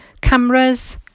cameras